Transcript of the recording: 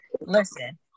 Listen